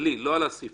לא על הסעיפים.